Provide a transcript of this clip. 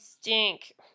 stink